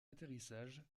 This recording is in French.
atterrissage